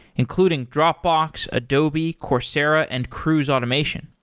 including dropbox, adobe, coursera and cruise automation.